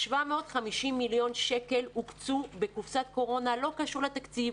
750 מיליון שקלים הוקצו בקופסת קורונה והסכום הזה לא קשור לתקציב,